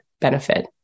benefit